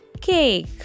cake